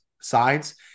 sides